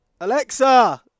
Alexa